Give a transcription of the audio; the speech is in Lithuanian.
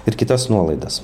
ir kitas nuolaidas